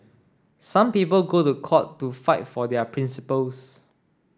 some people go to court to fight for their principles